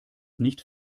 nicht